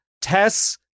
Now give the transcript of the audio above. Tess